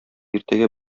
иртәгә